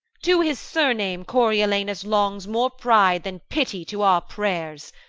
to his surname coriolanus longs more pride than pity to our prayers.